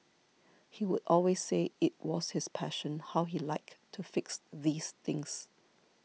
he would always say it was his passion how he liked to fix these things